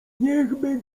niechby